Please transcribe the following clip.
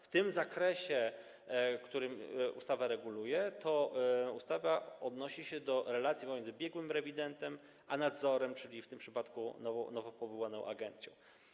W zakresie, który ustawa reguluje, odnosi się to do relacji pomiędzy biegłym rewidentem a nadzorem, czyli w tym przypadku nowo powołaną agencją.